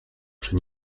przy